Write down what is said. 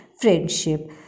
friendship